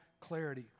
clarity